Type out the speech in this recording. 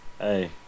Hey